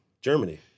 Germany